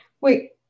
Wait